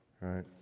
right